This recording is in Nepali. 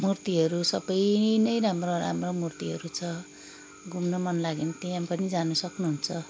मूर्तिहरू सबै नै राम्रो राम्रो मूर्तिहरू छ घुम्न मन लाग्यो भने त्यहाँ पनि जानु सक्नुहुन्छ